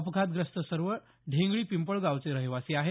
अपघातग्रस्त सर्व ढेंगळी पिंपळगावचे रहिवासी आहेत